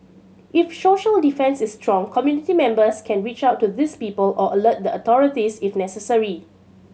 if social defence is strong community members can reach out to these people or alert the authorities if necessary